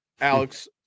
Alex